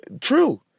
True